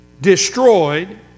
destroyed